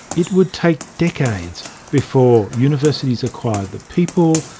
it would take decades before universities acquired the people,